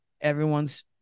Everyone's